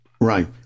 Right